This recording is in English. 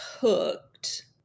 hooked